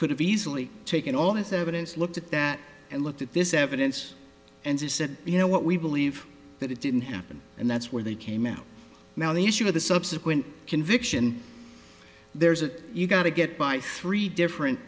could have easily taken all his evidence looked at that and looked at this evidence and said you know what we believe that it didn't happen and that's where they came out now the issue of the subsequent conviction there's a you got to get by three different